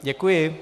Děkuji.